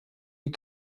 die